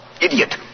Idiot